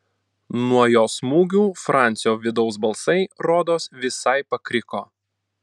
nuo jo smūgių francio vidaus balsai rodos visai pakriko